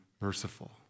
merciful